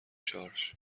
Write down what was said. شارژ